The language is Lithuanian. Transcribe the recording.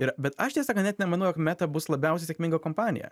ir bet aš tiesą sakant net nemanau jog meta bus labiausiai sėkminga kompanija